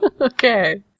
Okay